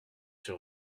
sur